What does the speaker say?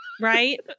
right